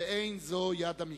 ואין זו יד המקרה.